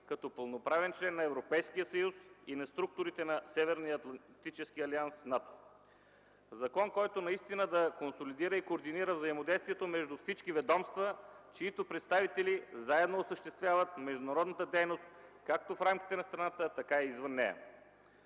като пълноправен член на Европейския съюз и на структурите на Северноатлантическия алианс – НАТО. Закон, който наистина да консолидира и координира взаимодействието между всички ведомства, чиито представители заедно осъществяват международната дейност както в рамките на страната, така и извън нея.